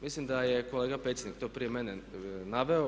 Mislim da je kolega Pecnik to prije mene naveo.